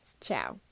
Ciao